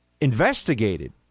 investigated